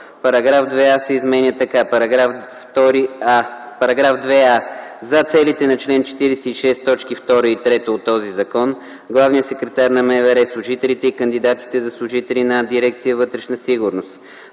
Параграф 2а се изменя така: „§ 2а. За целите на чл. 46, т. 2 и 3 от този закон главният секретар на МВР, служителите и кандидатите за служители на дирекция “Вътрешна сигурност”,